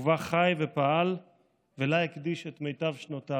ובה הוא חי ופעל ולה הקדיש את מיטב שנותיו.